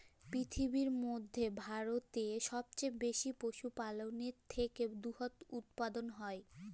পিরথিবীর ম্যধে ভারতেল্লে সবচাঁয়ে বেশি পশুপাললের থ্যাকে দুহুদ উৎপাদল হ্যয়